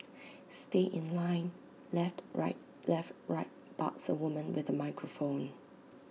stay in line left right left right barks A woman with A microphone